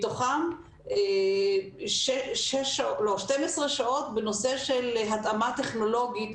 מתוכן 12 שעות בנושא של התאמה טכנולוגית